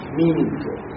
meaningful